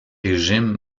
régime